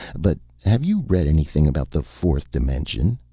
but have you read anything about the fourth dimension?